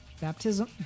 baptism